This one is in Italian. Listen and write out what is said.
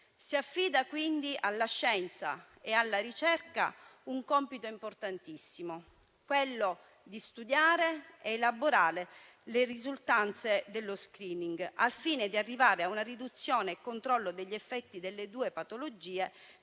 Si affida quindi alla scienza e alla ricerca un compito importantissimo, quello di studiare ed elaborare le risultanze dello *screening*, al fine di arrivare a una riduzione e al controllo degli effetti delle due patologie